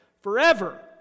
forever